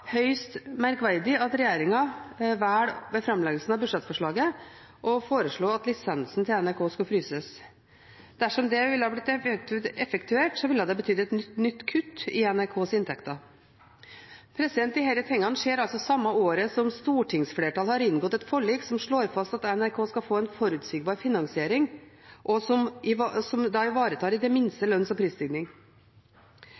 høyst merkverdig at regjeringen ved framleggelsen av budsjettet velger å foreslå at lisensen til NRK skal fryses. Dersom det hadde blitt effektuert, ville det betydd et nytt kutt i NRKs inntekter. Disse tingene skjer i det samme året som stortingsflertallet har inngått et forlik som slår fast at NRK skal få en forutsigbar finansiering, som i det minste ivaretar lønns- og prisstigningen. Regjeringens budsjettforslag, som det